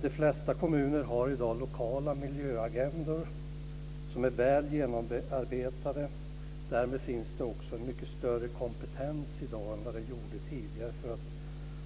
De flesta kommuner har i dag lokala miljöagendor som är väl genomarbetade. Därmed finns det också en mycket större kompetens i dag än vad det var tidigare för att